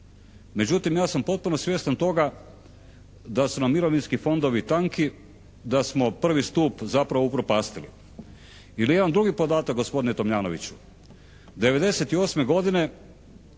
međutim ja sam potpuno svjestan toga da su nam mirovinski fondovi tanki. Da smo prvi stup zapravo upropastili. Ili jedan drugi podatak gospodine Tomljanoviću.